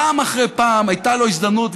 פעם אחרי פעם הייתה לו הזדמנות,